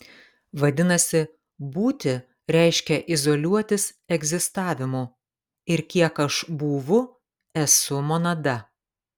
vadinasi būti reiškia izoliuotis egzistavimu ir kiek aš būvu esu monada